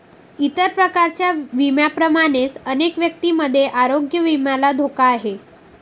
इतर प्रकारच्या विम्यांप्रमाणेच अनेक व्यक्तींमध्ये आरोग्य विम्याला धोका आहे